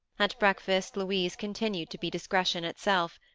at breakfast, louise continued to be discretion itself.